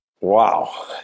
Wow